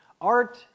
art